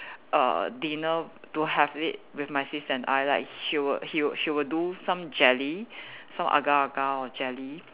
err dinner to have it with my sis and I like she would he would she would do some jelly some agar-agar or jelly